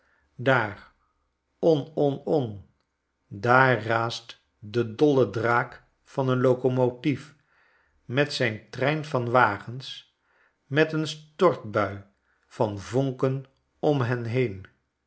daar on on on daar raast de dolle draak van een locomotief met zijn trein van wagens met een stortbui van vonken om hem heen